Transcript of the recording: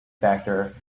factor